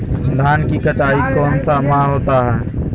धान की कटाई कौन सा माह होता है?